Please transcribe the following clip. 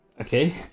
Okay